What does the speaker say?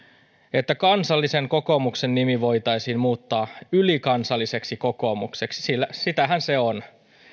että kansallisen kokoomuksen nimi voitaisiin muuttaa ylikansalliseksi kokoomukseksi sillä sitähän se on